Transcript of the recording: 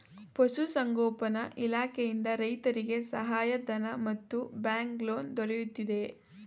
ಪಶು ಸಂಗೋಪನಾ ಇಲಾಖೆಯಿಂದ ರೈತರಿಗೆ ಸಹಾಯ ಧನ ಮತ್ತು ಬ್ಯಾಂಕ್ ಲೋನ್ ದೊರೆಯುತ್ತಿದೆಯೇ?